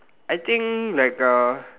I think like a